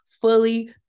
fully